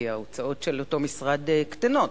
כי ההוצאות של אותו משרד קטנות,